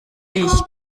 ich